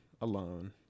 alone